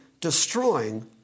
destroying